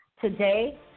today